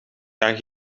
gaan